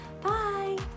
bye